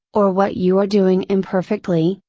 or what you are doing imperfectly,